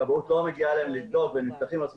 הכבאות לא מגיעה לבדוק ונסמכים על התצהיר.